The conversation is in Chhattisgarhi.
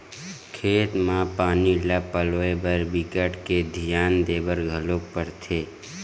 खेत म पानी ल पलोए बर बिकट के धियान देबर घलोक परथे